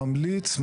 ממליץ,